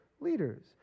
leaders